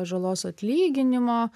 žalos atlyginimo